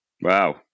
Wow